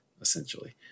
essentially